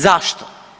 Zašto?